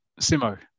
Simo